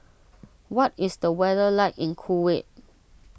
what is the weather like in Kuwait